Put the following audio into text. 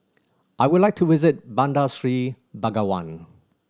I would like to visit Bandar Seri Begawan